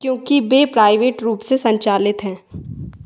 क्योंकि वह प्राइवेट रूप से संचालित हैं